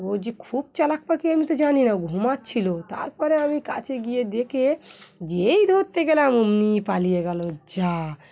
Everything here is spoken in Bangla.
ও যে খুব চালাক পাাকি আমি তো জানি না ঘুমাচ্ছিল তারপরে আমি কাছে গিয়ে দেখে যেই ধরতে গেলাম ওমনি পালিয়ে গেল যা